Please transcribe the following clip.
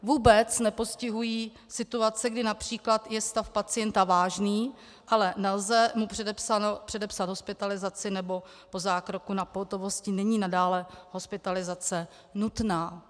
Vůbec nepostihují situace, kdy např. je stav pacienta vážný, ale nelze mu předepsat hospitalizaci nebo po zákroku na pohotovosti není nadále hospitalizace nutná.